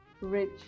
rich